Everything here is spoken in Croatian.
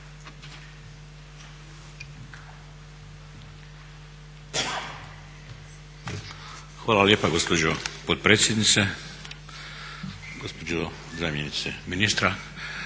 Hvala lijepa gospođo potpredsjednice, gospođo zamjenice ministra,